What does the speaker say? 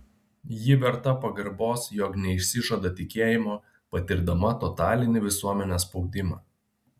ji verta pagarbos jog neišsižada tikėjimo patirdama totalinį visuomenės spaudimą